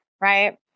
right